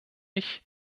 ich